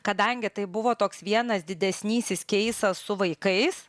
kadangi tai buvo toks vienas didesnysis keisas su vaikais